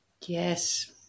Yes